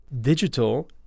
Digital